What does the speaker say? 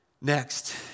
Next